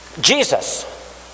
Jesus